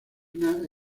una